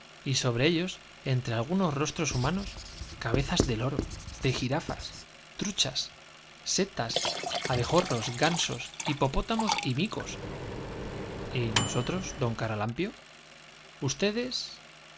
y uniformes ellos entre algunos rostros humanos cabezas y sobre de loro de jirafas truchas setas abejorr os gansos hipopótamos y micos y nosotros d caralampio ustedes